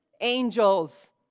angels